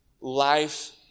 Life